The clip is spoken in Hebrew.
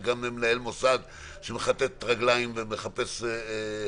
וגם למנהל מוסד חינוך שמכתת רגליים ומחפש תקציבים,